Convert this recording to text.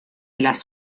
las